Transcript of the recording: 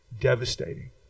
devastating